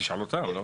תשאל אותם.